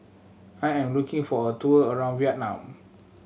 I am looking for a tour around Vietnam